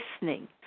listening